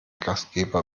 gastgeber